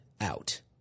out